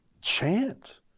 chant